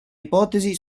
ipotesi